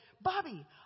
Bobby